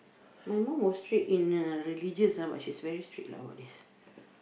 my mom was strict in uh religious ah but she is very strict lah about this